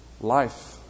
life